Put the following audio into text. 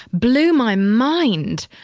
blew my mind.